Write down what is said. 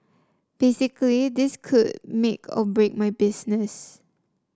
basically this could make or break my business